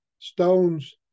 stones